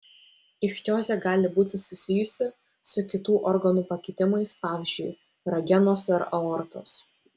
ichtiozė gali būti susijusi su kitų organų pakitimais pavyzdžiui ragenos ar aortos